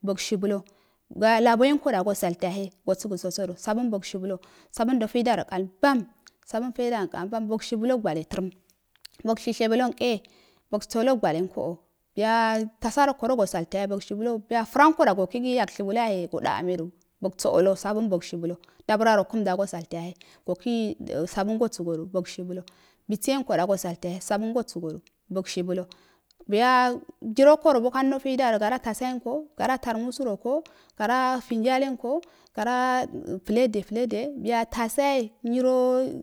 Bogshibulo gara laboin koyane go salte yahe so bəgo sosodu sabun bal shibulo sabun bal shibulo sabun jeinda rokalimban saban jeidankambam bogshibalo gwaleimbam bogshubulo nkeye basolo gwaleyenko a biya tasarokoda go sallte yohe bogshebalo biya franko da go kigi yog shibula yahe go daame du bog sado babun bal shibulo dabra rokum bago balte yahe sokigi sabun bol səgo do bogshibulo bisiyenki dago salte. yahe sabungo səgodu bogshibalo buya jiwoko ro bog hando jeidaro goura tasati yenko jeidaro gara tasati yenko gara tar musu ro ko gara jinroulen ko gara fleede flede biya tasauye nyiro